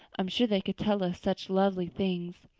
i'm sure they could tell us such lovely things.